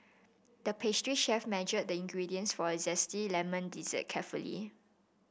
the pastry chef measured the ingredients for a zesty lemon dessert carefully